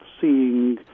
seeing